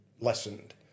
lessened